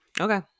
Okay